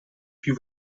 più